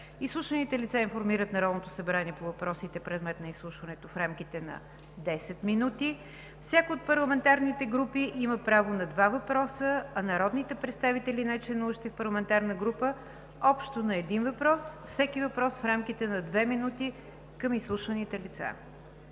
Изслушваните лица информират Народното събрание по въпросите, предмет на изслушването, в рамките на 10 минути. Всяка от парламентарните групи има право на два въпроса, а народните представители, нечленуващи в парламентарна група – общо на един въпрос, всеки въпрос в рамките на две минути към отделните